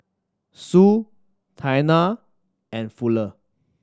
Sue Taina and Fuller